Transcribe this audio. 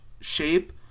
shape